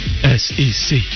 SEC